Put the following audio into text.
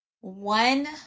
one